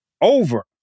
over